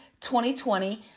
2020